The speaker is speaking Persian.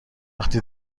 وقتی